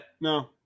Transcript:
No